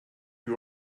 you